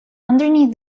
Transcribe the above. underneath